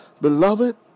Beloved